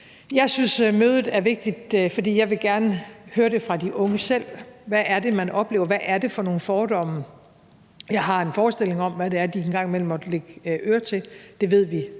Jeg synes, at mødet er vigtigt, fordi jeg gerne vil høre fra de unge selv, hvad det er, de oplever, og hvad det er for nogle fordomme, de møder. Jeg har en forestilling om, hvad det er, de en gang imellem må lægge øre til – det ved vi